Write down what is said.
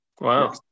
Wow